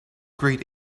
great